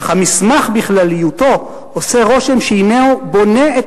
אך המסמך בכלליותו עושה רושם שהינו בונה את